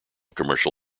commercial